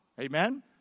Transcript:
Amen